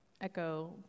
echo